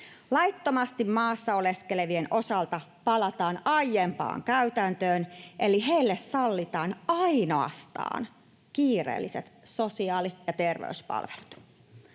Laittomasti maassa oleskelevien osalta palataan aiempaan käytäntöön, eli heille sallitaan ainoastaan kiireelliset sosiaali- ja terveyspalvelut.